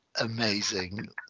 amazing